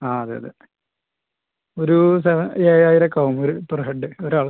ആ അതെ അതെ ഒരു സെവൻ ഏഴായിരം ഒക്കെ ആവും ഒരു പെർ ഹെഡ് ഒരാൾക്ക്